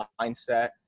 mindset